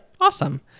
awesome